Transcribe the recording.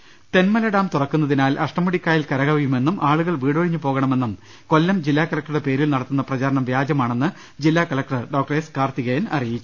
ദർശ്ശേര Thenmala dam തുറക്കുന്നതിനാൽ അഷ്ടമുടിക്കായൽ കരകവിയുമെന്നും ആളുകൾ വീടൊഴിഞ്ഞു പോകണമെന്നും കൊല്ലം ജില്ലാ കലക്ടറുടെ പേരിൽ നടത്തുന്ന പ്രചാരണം വ്യാജമാണെന്ന് ജില്ലാ കലക്ടർ ഡോക്ടർ എസ് കാർത്തികേയൻ അറിയിച്ചു